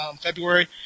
February